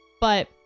But-